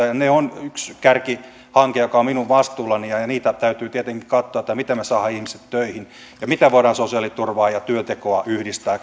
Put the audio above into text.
ja ne ovat yksi kärkihanke joka on minun vastuullani ja ja täytyy tietenkin katsoa miten me saamme ihmiset töihin ja miten voidaan sosiaaliturvaa ja työntekoa yhdistää